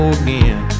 again